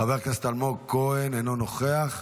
חבר הכנסת אלמוג כהן, אינו נוכח,